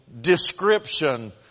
description